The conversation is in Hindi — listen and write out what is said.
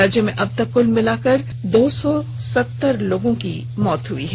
राज्य में अबतक कुल मिलाकर दो सौ सत्तर लोगों की मौत हई है